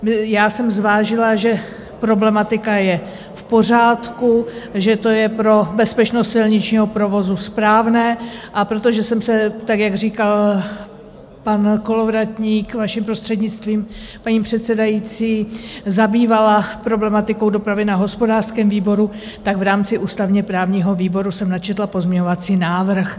Já jsem zvážila, že problematika je v pořádku, že to je pro bezpečnost silničního provozu správné, a protože jsem se tak, jak říkal pan Kolovratník, vaším prostřednictvím, paní předsedající, zabývala problematikou dopravy na hospodářském výboru, tak v rámci ústavněprávního výboru jsem načetla pozměňovací návrh.